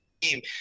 team